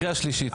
קריאה שלישית.